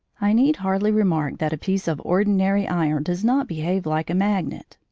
i need hardly remark that a piece of ordinary iron does not behave like a magnet.